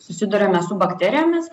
susiduriame su bakterijomis